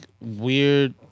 weird